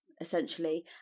essentially